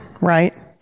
right